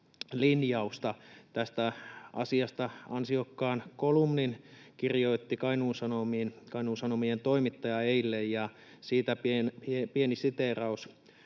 Tästä asiasta ansiokkaan kolumnin kirjoitti Kainuun Sanomiin Kainuun Sanomien toimittaja eilen, ja siitä pieni siteeraus: